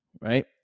right